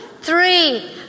three